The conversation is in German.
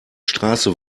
straße